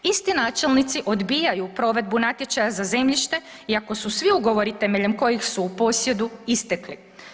Isti načelnici odbijaju provedbu natječaja za zemljište iako su svi ugovori temeljem kojih su u posjedu istekli.